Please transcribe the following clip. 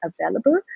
available